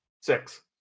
Six